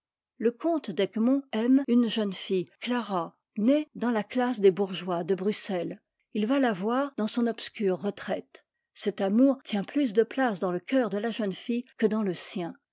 le comte d'egmont aime une jeune fille clara née dans la classe des bourgeois de bruxelles il va la voir dans son obscure retraite cet amour tient plus de place dans le cceur de la jeune fille que dans le sien